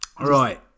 Right